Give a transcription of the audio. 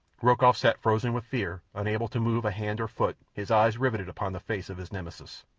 rokoff sat frozen with fear, unable to move a hand or foot, his eyes riveted upon the face of his nemesis.